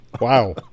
Wow